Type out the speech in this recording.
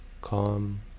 calm